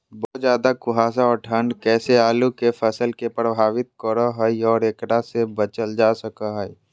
बहुत ज्यादा कुहासा और ठंड कैसे आलु के फसल के प्रभावित करो है और एकरा से कैसे बचल जा सको है?